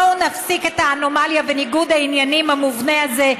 בואו נפסיק את האנומליה וניגוד העניינים המובנה הזה,